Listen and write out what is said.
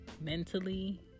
mentally